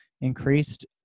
increased